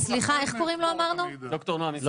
זה מה שאני אומר -- תקשיב סליחה -- לפי החוק אסור לכם -- לא,